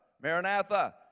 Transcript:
Maranatha